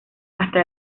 hasta